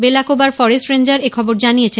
Belakoba forest ranger এখবর জানিয়েছেন